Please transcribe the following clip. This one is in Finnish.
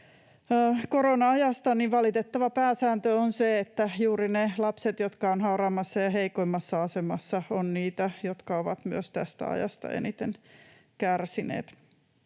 Korona-ajassa valitettava pääsääntö on se, että juuri ne lapset, jotka ovat hauraimmassa ja heikoimmassa asemassa, ovat niitä, jotka ovat tästä ajasta myös eniten kärsineet.